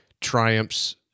triumphs